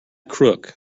crook